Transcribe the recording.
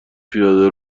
پیاده